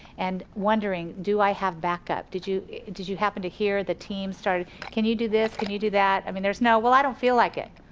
and wondering do i have back-up? did you did you happen to hear the team start can you do this? can you do that? i mean there's no well i don't feel like it.